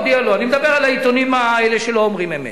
אני מדבר על העיתונים האלה שלא אומרים אמת.